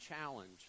challenge